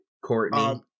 Courtney